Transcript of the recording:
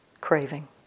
craving